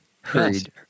hurried